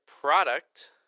product